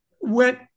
went